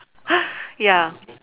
ya